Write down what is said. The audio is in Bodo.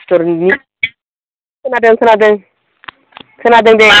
सिथरनि खोनादों खोनादों खोनादों दे